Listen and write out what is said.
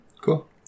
cool